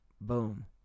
boom